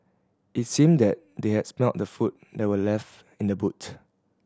it seemed that they had smelt the food that were left in the boot